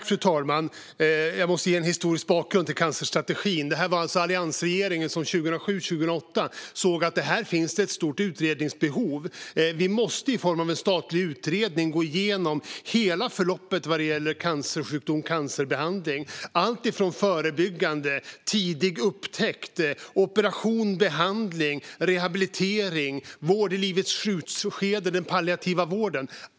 Fru talman! Jag måste ge en historisk bakgrund till cancerstrategin. Det var alliansregeringen som 2007, 2008 såg att det fanns ett stort utredningsbehov. Vi måste i form av en statlig utredning gå igenom hela förloppet vad gäller cancersjukdom och cancerbehandling. Det gällde alltifrån förebyggande, tidig upptäckt, operation, behandling och rehabilitering till palliativ vård och vård i livets slutskede.